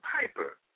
piper